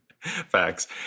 facts